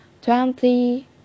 Twenty